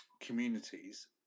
communities